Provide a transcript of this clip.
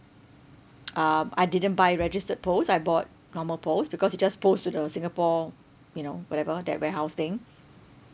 um I didn't buy registered post I bought normal post because you just post to the singapore you know whatever that warehouse thing